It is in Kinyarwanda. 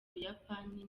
buyapani